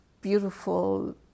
beautiful